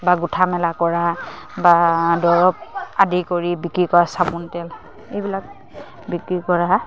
বা গোঁঠা মেলা কৰা বা দৰৱ আদি কৰি বিক্ৰী কৰা চাবোন তেল এইবিলাক বিক্ৰী কৰা